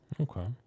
Okay